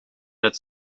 het